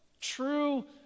true